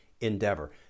endeavor